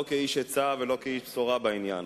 לא כאיש עצה ולא כאיש בשורה בעניין.